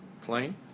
plane